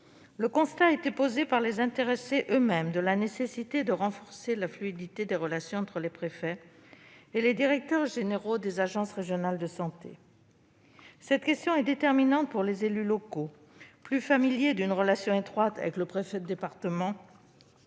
Le constat a été dressé par les intéressés eux-mêmes : il est nécessaire de renforcer la fluidité des relations entre les préfets et les directeurs généraux des agences régionales de santé. Cette question est déterminante pour les élus locaux, plus familiers d'une relation étroite avec le préfet de département